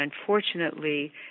unfortunately